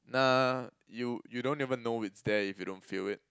nah you you don't even know it's there if you don't feel it